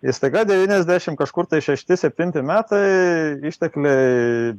ir staiga devyniasdešim kažkur tai šešti septinti metai ištekliai